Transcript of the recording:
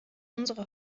unsere